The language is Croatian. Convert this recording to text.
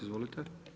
Izvolite.